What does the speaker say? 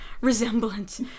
resemblance